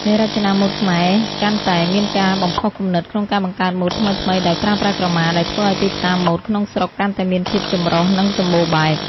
អ្នករចនាម៉ូដខ្មែរកាន់តែមានការបំផុសគំនិតក្នុងការបង្កើតម៉ូដថ្មីៗដោយប្រើប្រាស់ក្រមា ដែលធ្វើឲ្យទីផ្សារម៉ូដក្នុងស្រុកកាន់តែមានភាពចម្រុះ និងសម្បូរបែប។